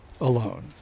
alone